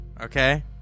okay